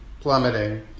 plummeting